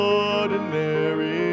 ordinary